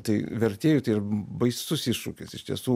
tai vertėju tai ir baisus iššūkis iš tiesų